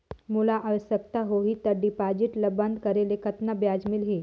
मोला आवश्यकता होही त डिपॉजिट ल बंद करे ले कतना ब्याज मिलही?